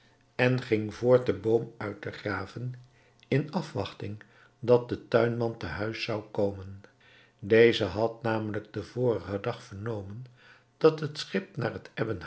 en ging voort den boom uit te graven in afwachting dat de tuinman te huis zou komen deze had namelijk den vorigen dag vernomen dat het schip naar het